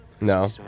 No